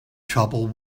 trouble